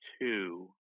two